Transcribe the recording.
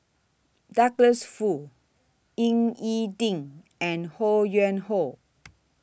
Douglas Foo Ying E Ding and Ho Yuen Hoe